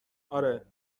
آره